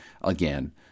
Again